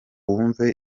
wumve